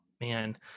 Man